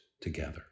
together